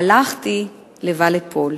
הלכתי לבל אפול".